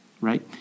right